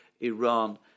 Iran